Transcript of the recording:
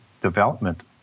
development